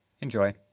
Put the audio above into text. enjoy